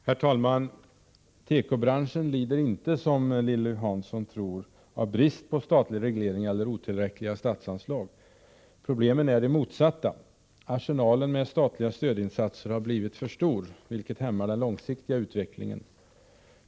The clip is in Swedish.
Herr talman! Tekobranschen lider inte, som Lilly Hansson tror, av brist på statlig reglering eller otillräckliga statsanslag. Problemen är de motsatta. Arsenalen av statliga stödinsatser har blivit för stor, vilket hämmar den långsiktiga utvecklingen.